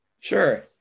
Sure